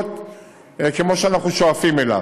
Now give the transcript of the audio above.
מלהיות כמו המצב שאנחנו שואפים אליו,